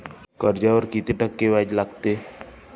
कर्जावर किती टक्के व्याज लागते?